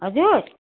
हजुर